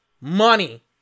money